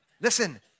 listen